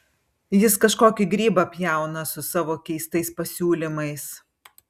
jis kažkokį grybą pjauna su savo keistais pasiūlymais